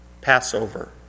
Passover